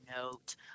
note